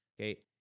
Okay